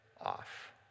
off